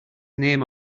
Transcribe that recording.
name